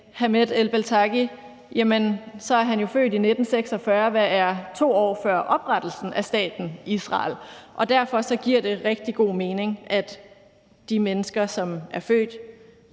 Hamed El-Beltagi, som jo er født i 1946, hvilket er 2 år før oprettelsen af staten Israel. Derfor giver det rigtig god mening, at de mennesker, som er født